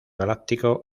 galáctico